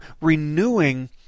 renewing